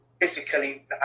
physically